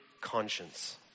conscience